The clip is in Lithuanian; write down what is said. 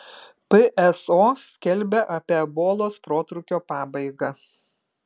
pso skelbia apie ebolos protrūkio pabaigą